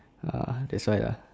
ah that's why